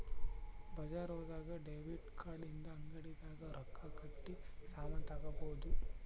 ಬಜಾರ್ ಹೋದಾಗ debit card ಇಂದ ಅಂಗಡಿ ದಾಗ ರೊಕ್ಕ ಕಟ್ಟಿ ಸಾಮನ್ ತಗೊಬೊದು